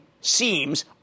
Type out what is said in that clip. seems